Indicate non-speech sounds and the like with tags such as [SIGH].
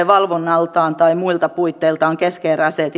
[UNINTELLIGIBLE] valvonnaltaan tai muilta puitteiltaan keskeneräisessä [UNINTELLIGIBLE]